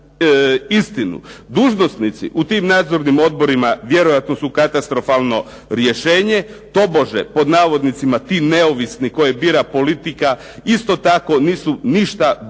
Dužnosnici u tim nadzornim odborima vjerojatno su katastrofalno rješenje, tobože "ti neovisni" koje bira politika isto tako nisu ništa bolje